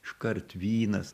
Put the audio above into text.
iškart vynas